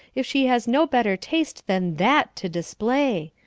if she has no better taste than that to display.